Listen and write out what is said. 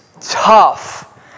tough